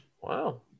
Wow